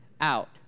out